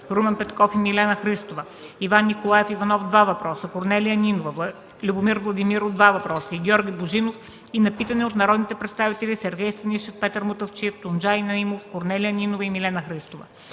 Румен Петков и Милена Христова, Иван Николаев Иванов (два въпроса), Корнелия Нинова, Любомир Владимиров (два въпроса), и Георги Божинов и на питане от народните представители Сергей Станишев, Петър Мутафчиев, Тунджай Наимов, Корнелия Нинова и Милена Христова.